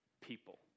people